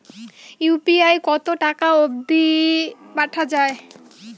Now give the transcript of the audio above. UPI কতো টাকা অব্দি পাঠা যায়?